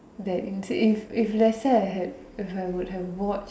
that in if if let's say I had if I would have watch